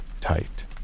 tight